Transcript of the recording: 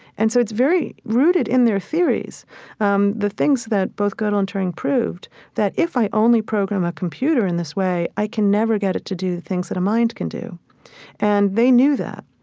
and so it's very rooted in their theories um the things that both godel and turing proved that if i only program a computer in this way i can never get it to do the things that a mind can do and they knew that.